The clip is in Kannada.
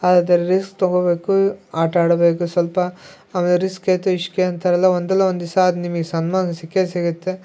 ಆದರೆ ರಿಸ್ಕ್ ತಗೋಬೇಕು ಆಟಾಡಬೇಕು ಸ್ವಲ್ಪ ಆಮೇಲೆ ರಿಸ್ಕ್ ಹೇ ತೋ ಇಷ್ಕ್ ಹೇ ಅಂತಾರಲ್ಲ ಒಂದಲ್ಲ ಒಂದು ದಿವಸ ಅದು ನಿಮಗೆ ಸನ್ಮಾನ ಸಿಕ್ಕೇ ಸಿಗುತ್ತೆ